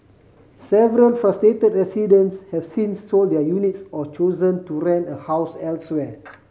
several frustrated residents have since sold their units or chosen to rent a house elsewhere